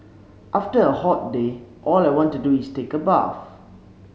after a hot day all I want to do is take a bath